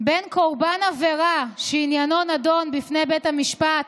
בין קורבן עבירה שעניינו נדון בפני בית המשפט,